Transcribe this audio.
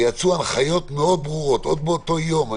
ויצאו הנחיות מאוד ברורות, עוד באותו יום.